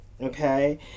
Okay